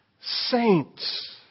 saints